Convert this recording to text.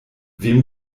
wem